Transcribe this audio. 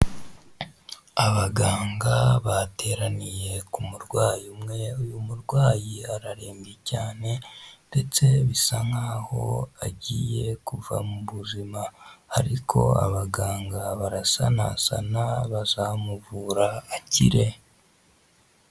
Abaganga bateraniye ku kumurwayi umwe uyu murwayi ararembye cyane ndetse bisa nkaho agiye kuva mu buzima ariko abaganga barasanasana bazamuvura akire.